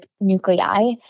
nuclei